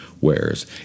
wares